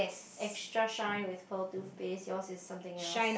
extra shine with pearl toothpaste yours is something else